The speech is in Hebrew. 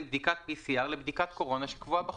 בדיקת PCR לבדיקת קורונה שקבועה בחוק.